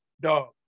Dog